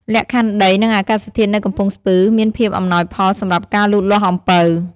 លក្ខខណ្ឌដី និងអាកាសធាតុនៅកំពង់ស្ពឺ មានភាពអំណោយផលសម្រាប់ការលូតលាស់អំពៅ។